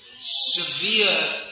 severe